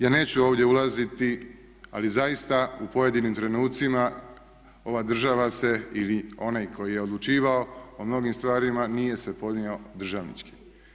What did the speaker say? Ja neću ovdje ulaziti ali zaista u pojedinim trenucima ova država se ili onaj koji je odlučivao o mnogim stvarima nije se ponio državnički.